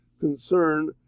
concern